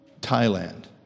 Thailand